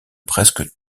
presque